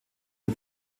die